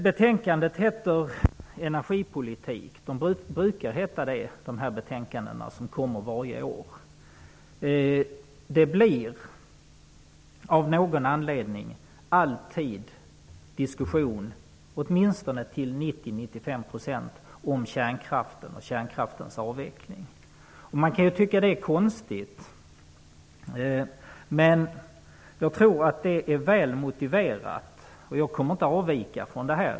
Betänkandet heter Energipolitik. Så brukar dessa betänkanden som kommer årligen heta. Av någon anledning blir det alltid diskussion om kärnkraften och kärnkraftens avveckling, åtminstone till 90 till 95 %. Man kan tycka det är konstigt. Men jag tror att det är väl motiverat, och jag kommer inte att avvika från det.